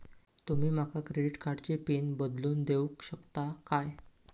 तुमी माका क्रेडिट कार्डची पिन बदलून देऊक शकता काय?